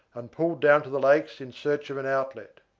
and pulled down to the lakes in search of an outlet.